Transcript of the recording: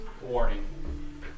Warning